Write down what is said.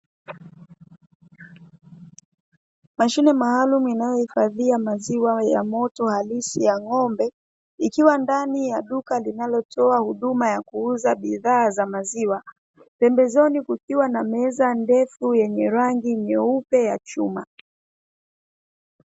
Mashine maalumu inayohifadhia maziwa ya moto halisi ya ng'ombe, ikiwa ndani za maziwa pembezoni kukiwa na meza ndefu yenye rangi nyeupe ya chuma.